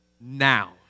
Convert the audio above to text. now